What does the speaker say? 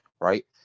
right